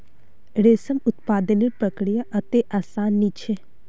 रेशम उत्पादनेर प्रक्रिया अत्ते आसान नी छेक